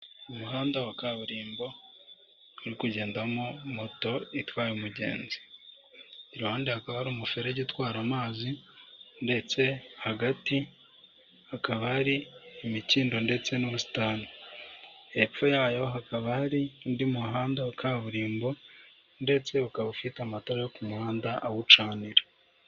Umuhanga wa kaburimbo uri kugendamo moto itwaye umugenzi. Iruhande hakaba hari umuferege utwara amazi, ndetse hagati hakaba hari imikindo ndetse n'ubusitani. Hepfo yayo hakaba hari undi muhanda wa kaburimbo, ndetse ukaba ufite amatara yo ku muhanda, awucanira.